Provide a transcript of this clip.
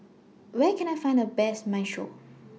Where Can I Find The Best Minestrone